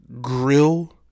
grill